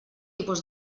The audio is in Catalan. tipus